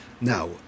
now